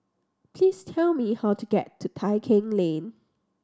please tell me how to get to Tai Keng Lane